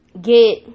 get